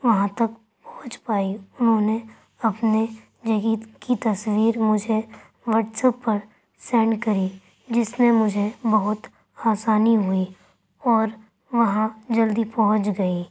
وہاں تک پہنچ پائی انہوں نے اپنے جگیت کی تصویر مجھے واٹس اپ پر سینڈ کری جس میں مجھے بہت آسانی ہوئی اور وہاں جلدی پہنچ گئی